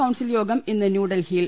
council യോഗം ഇന്ന് ന്യൂഡൽഹിയിൽ